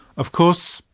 of course,